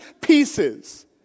pieces